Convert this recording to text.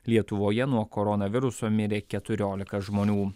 lietuvoje nuo koronaviruso mirė keturiolika žmonių